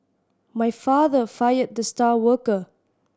my father fired the star worker